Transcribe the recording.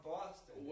Boston